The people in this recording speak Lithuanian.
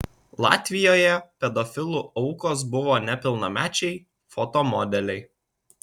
latvijoje pedofilų aukos buvo nepilnamečiai foto modeliai